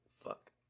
fuck